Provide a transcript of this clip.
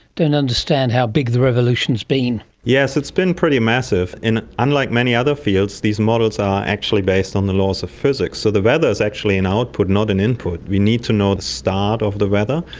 don't understand how big the revolution has been. yes, it's been pretty massive, and unlike many other fields these models are actually based on the laws of physics. so the weather is actually in output not in input. we need to know the start of the weather,